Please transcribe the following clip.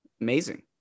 amazing